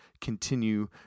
continue